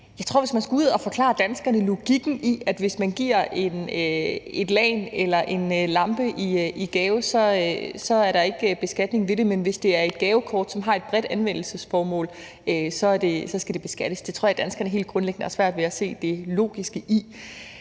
klar over. Hvis man skal ud og forklare danskerne logikken i, at der, hvis man giver et lagen eller en lampe i gave, ikke er beskatning på det, men hvis det et gavekort, som har et bredt anvendelsesformål, så skal det beskattes, så vil jeg sige, at jeg tror, danskerne helt grundlæggende har svært ved at se det logiske i